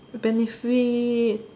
benefits